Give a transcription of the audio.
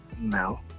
no